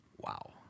Wow